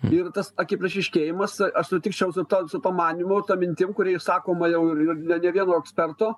ir tas akiplėšiškėjimas aš sutikčiau su ta su tuo manymu ta mintim kuri išsakoma jau ir ne ne vieno eksperto